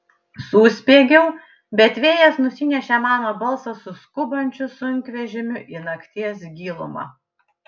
suspiegiau bet vėjas nusinešė mano balsą su skubančiu sunkvežimiu į nakties gilumą